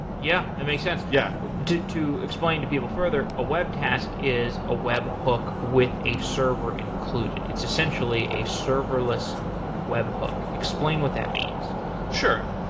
yeah, that makes sense. yeah to to explain to people further, a webtask is a webhook with a server included. it's essentially a serverless webhook. explain what that means sure.